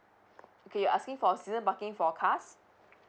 okay you're asking for season parking for cars